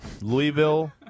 Louisville